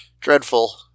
dreadful